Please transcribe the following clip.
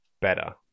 better